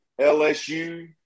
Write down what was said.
LSU